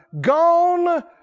Gone